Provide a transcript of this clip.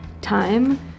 time